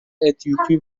اتیوپی